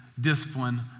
discipline